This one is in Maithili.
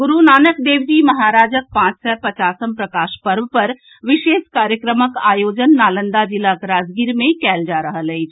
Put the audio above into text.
गुरूनानक देव जी महाराजक पांच सय पचासम प्रकाश पर्व पर विशेष कार्यक्रमक आयोजन नालंदा जिलाक राजगीर मे कयल जा रहल अछि